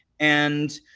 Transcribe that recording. and,